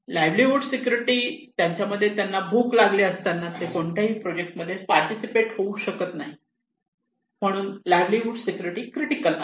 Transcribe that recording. livelihood security त्यांच्यामते त्यांना भूक लागली असताना ते कोणत्याही प्रोजेक्टमध्ये पार्टिसिपेट होऊ शकत नाही म्हणून लिव्हलिहूड सिक्युरिटी क्रिटिकल आहे